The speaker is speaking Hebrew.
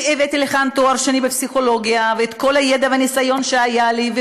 כי הבאתי לכאן תואר שני בפסיכולוגיה ואת כל הידע והניסיון שהיו לי,